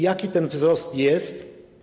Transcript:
Jaki ten wzrost jest?